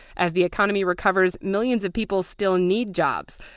as the economy recovers millions of people still need jobs,